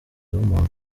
w’umuntu